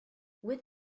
with